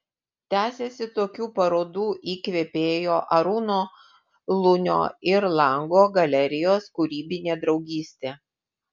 tęsiasi tokių parodų įkvėpėjo arūno lunio ir lango galerijos kūrybinė draugystė